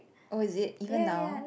oh is it even now